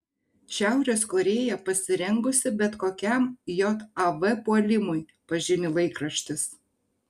šiaurės korėja pasirengusi bet kokiam jav puolimui pažymi laikraštis